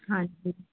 ਹਾਂਜੀ